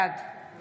היה, סמוך עליי.